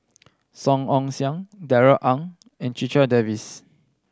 Song Ong Siang Darrell Ang and Checha Davies